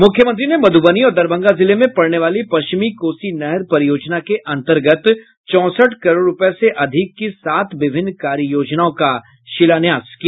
मुख्यमंत्री ने मधुबनी और दरभंगा जिले में पड़ने वाली पश्चिमी कोसी नहर परियोजना के अन्तर्गत चौंसठ करोड़ रूपये से अधिक की सात विभिन्न कार्य योजनाओं का शिलान्यास किया